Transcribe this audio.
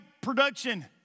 production